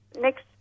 Next